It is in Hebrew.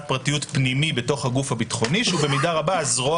פרטיות פנימי בתוך הגוף הביטחוני שהוא במידה רבה הזרוע